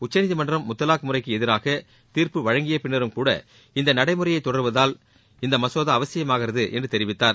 உச்சநீதிமன்றம் முத்தலாக் முறைக்கு எதிராக தீர்ப்பு வழங்கிய பின்னரும் கூட இந்த நடைமுறையை தொடருவதால் இம்மசோதா அவசியமாகிறது என்று தெரிவித்தார்